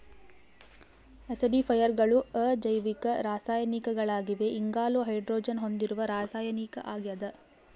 ಆಸಿಡಿಫೈಯರ್ಗಳು ಅಜೈವಿಕ ರಾಸಾಯನಿಕಗಳಾಗಿವೆ ಇಂಗಾಲ ಹೈಡ್ರೋಜನ್ ಹೊಂದಿರದ ರಾಸಾಯನಿಕ ಆಗ್ಯದ